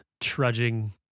trudging